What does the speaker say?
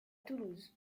toulouse